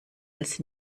als